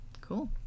cool